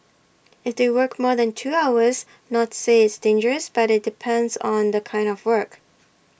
if they work more than two hours not say it's dangerous but IT depends on the kind of work